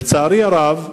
לצערי הרב,